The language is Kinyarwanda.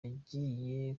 yagiye